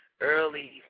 early